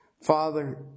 Father